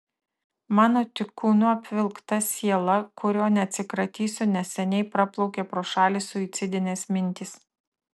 mano tik kūnu apvilkta siela kurio neatsikratysiu nes seniai praplaukė pro šalį suicidinės mintys